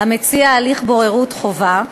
של הליך בוררות חובה.